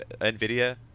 NVIDIA